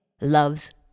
loves